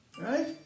right